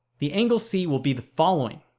the angle c will be the following.